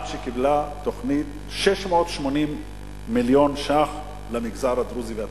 עד שקיבלה תוכנית 680 מיליון שקל למגזר הדרוזי והצ'רקסי,